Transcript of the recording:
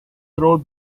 road